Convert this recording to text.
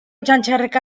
txantxerreka